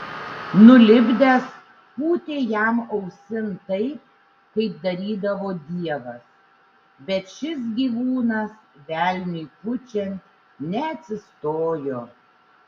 nulipdęs pūtė jam ausin taip kaip darydavo dievas bet šis gyvūnas velniui pučiant neatsistojo